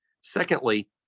Secondly